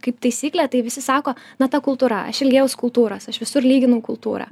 kaip taisyklė tai visi sako na ta kultūra aš ilgėjaus kultūros aš visur lyginau kultūrą